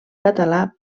català